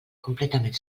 completament